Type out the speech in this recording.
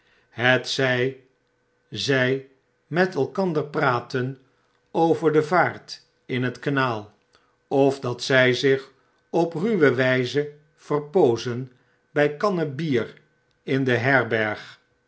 hetzy zy met elkander praten over de vaartin het kanaal of dat zij zich op ruwe wyze verpoozen by kannen bier in de herberg